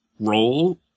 Roll